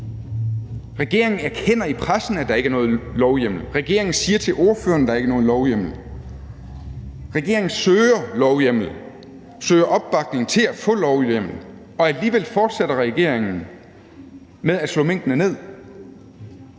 Regeringen erkender i pressen, at der ikke er nogen lovhjemmel. Regeringen siger til ordførerne, at der ikke er nogen lovhjemmel. Regeringen søger lovhjemmel, søger opbakning til at få lovhjemmel, og alligevel fortsætter regeringen med at slå minkene ned.